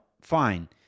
fine